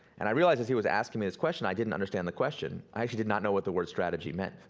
and i realized as he was asking me this question, i didn't understand the question. i actually did not know what the word strategy meant.